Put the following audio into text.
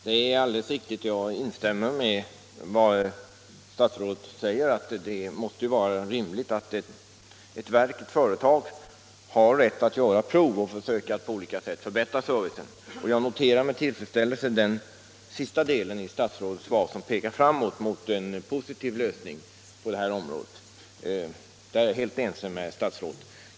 Herr talman! Jag instämmer i vad statsrådet säger, att det måste vara rimligt att ett verk eller ett företag har rätt att på olika sätt pröva sig fram till en förbättrad service. Jag noterar med tillfredsställelse den sista delen av statsrådets svar, som pekar fram mot en positiv lösning på detta område.